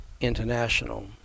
International